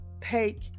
take